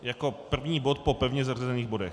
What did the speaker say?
Jako první bod po pevně zařazených bodech.